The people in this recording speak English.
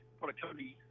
productivity